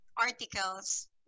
articles